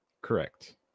correct